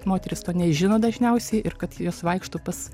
moteris to nežino dažniausiai ir kad jos vaikšto pas